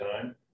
time